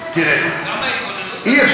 למה אנחנו